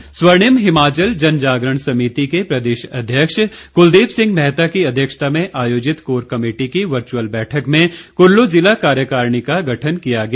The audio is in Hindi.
समिति स्वर्णिम हिमाचल जनजागरण समिति के प्रदेश अध्यक्ष क्लदीप सिंह मेहता की अध्यक्षता में आयोजित कोर कमेटी की वर्च्अल बैठक में कुल्लू जिला कार्यकारिणी का गठन किया गया